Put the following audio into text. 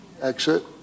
exit